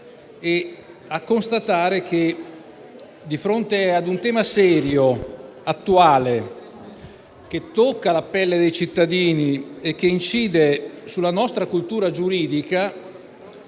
a constatare che di fronte a un tema serio e attuale, che tocca la pelle dei cittadini e incide sulla nostra cultura giuridica,